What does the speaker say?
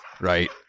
right